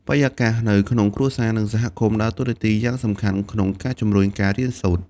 បរិយាកាសនៅក្នុងគ្រួសារ និងសហគមន៍ដើរតួនាទីយ៉ាងសំខាន់ក្នុងការជំរុញការរៀនសូត្រ។